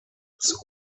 des